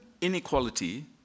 inequality